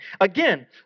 Again